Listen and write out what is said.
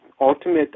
ultimate